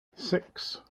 six